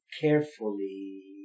carefully